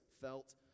felt